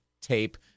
tape